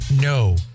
no